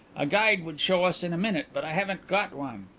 a guide would show us in a minute but i haven't got one.